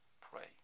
Pray